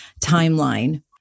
timeline